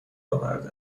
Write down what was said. آورده